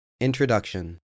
Introduction